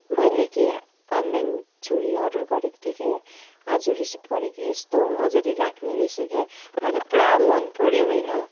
मैले कि अनलाइन छुरी अर्डर गरेको थिएँ कि आज रिसिभ गरेँ कि यस्तो मजाले लाग्ने रहेछ कि मलाई पुरा मनपऱ्यो होइन